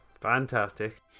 fantastic